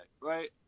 right